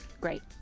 Great